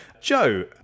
Joe